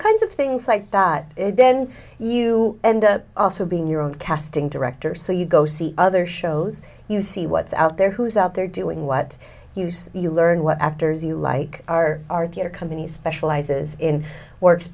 kinds of things like that then you end up also being your own casting director so you go see other shows you see what's out there who's out there doing what you say you learn what actors you like are our company specializes in works